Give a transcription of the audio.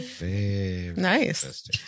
Nice